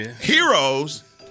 Heroes